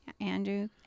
Andrew